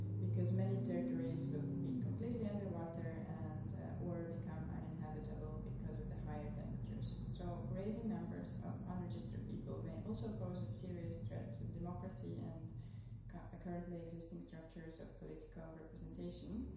because many territories will be completely underwater and or become uninhabitable because of the higher temperatures. so raising numbers of unregistered people may also pose a serious threat to democracy and currently existing structures of political representation.